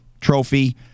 Trophy